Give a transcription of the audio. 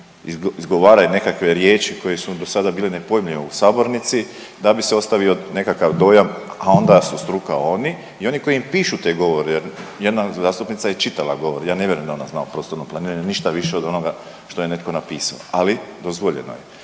izgovaraj nekakve riječi koje su do sada bile nepojmljive u sabornici da bi se ostavio nekakav dojam, a onda su struka oni i oni koji im pišu te govore. Jedna zastupnica je čitala govor. Ja ne vjerujem da ona zna o prostornom planiranju ništa više od onoga što je netko napisao, ali dozvoljeno je.